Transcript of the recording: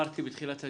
אמרתי בתחילת הדיונים,